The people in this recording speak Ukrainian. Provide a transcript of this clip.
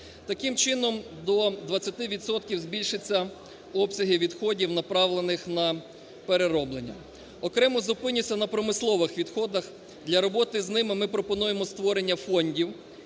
Таким чином, до 20 відсотків збільшаться обсяги відходів, направлених на перероблення. Окремо зупинюся на промислових відходах. Для роботи з ними ми пропонуємо створення фондів.